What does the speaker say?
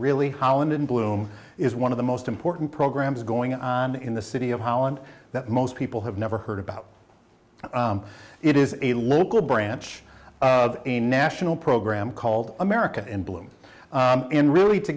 really holland in bloom is one of the most important programs going on in the city of holland that most people have never heard about it is a local branch of a national program called america in bloom in really to